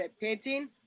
painting